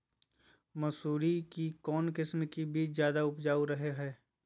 मसूरी के कौन किस्म के बीच ज्यादा उपजाऊ रहो हय?